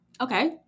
Okay